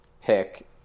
pick